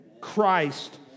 Christ